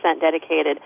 dedicated